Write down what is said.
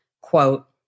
quote